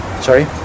Sorry